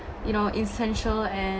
you know essential and